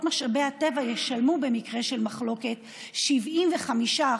משאבי הטבע ישלמו במקרה של מחלוקת 75%